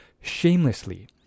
shamelessly